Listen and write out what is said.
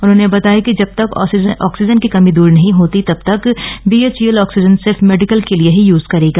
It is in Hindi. उन्होंने बताया कि जब तक ऑक्सीजन की कमी दूर नहीं होती तब तक बीएचईएल ऑक्सीजन सिर्फ मेडिकल के लिए ही यूज करेगा